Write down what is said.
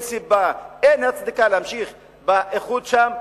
אין סיבה ואין הצדקה להמשיך באיחוד שם,